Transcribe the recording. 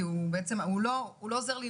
כי הוא לא עוזר לי,